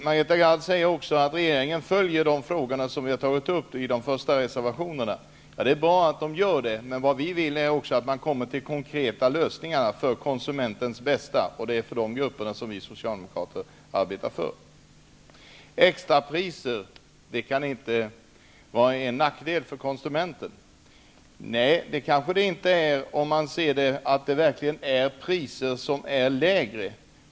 Margareta Gard säger också att regeringen följer de frågor som tagits upp i de första reservationerna. Det är bra. Vi vill även att man kommer till konkreta lösningar för konsumentens bästa. Det är för dessa grupper som vi Socialdemokrater arbetar. Extrapriser kan inte vara till nackdel för konsumenten sägs det. Det kanske de inte är, om man verkligen ser att priserna är lägre.